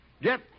Get